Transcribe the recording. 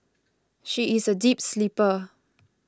she is a deep sleeper